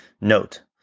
Note